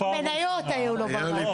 היו לו מניות בוועדה הזאת.